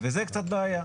וזה קצת בעיה.